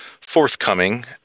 forthcoming